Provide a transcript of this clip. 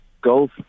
golf